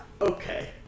Okay